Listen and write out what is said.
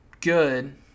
good